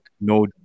no